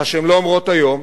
מה שהן לא אומרות היום.